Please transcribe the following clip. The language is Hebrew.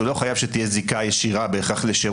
לא חייב שתהיה בהכרח זיקה ישירה לשירות.